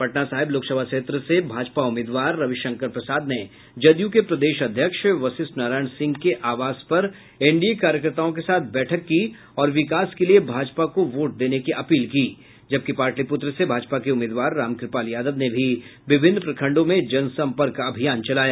पटना साहिब लोकसभा क्षेत्र से भाजपा उम्मीदवार रविशंकर प्रसाद ने जदयू के प्रदेश अध्यक्ष वशिष्ठ नारायण सिंह के आवास पर एनडीए कार्यकर्ताओं के साथ बैठक की और विकास के लिये भाजपा को वोट देने की अपील की जबकि पाटलिपुत्र से भाजपा के उम्मीदवार रामकृपाल यादव ने भी विभिन्न प्रखंडों में जनसंपर्क अभियान चलाया